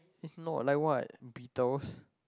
is not like what Beatles